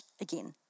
again